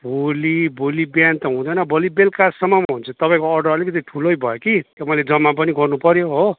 भोलि भोलि बिहान त हुँदैन भोलि बेलुकासम्ममा हुन्छ तपाईँको अर्डर अलिकति ठुलै भयो कि मैले जम्मा पनि गर्नुपर्यो हो